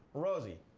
rosie.